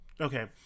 Okay